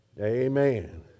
Amen